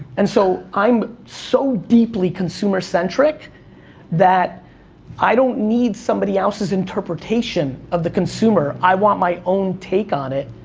and so i'm so deeply consumer-centric that i don't need somebody else's interpretation of the consumer, i want my own take on it,